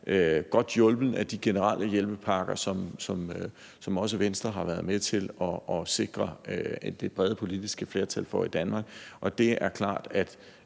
godt hjulpet af de generelle hjælpepakker, som Venstre også har været med til at sikre det brede politiske flertal for i Danmark, og det er klart, at